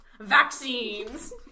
Vaccines